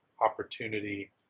opportunity